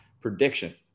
prediction